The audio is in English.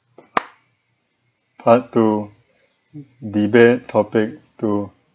part two debate topic two